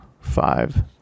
five